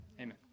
Amen